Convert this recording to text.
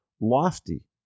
lofty